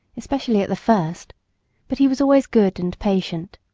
especially at the first but he was always good and patient.